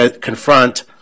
confront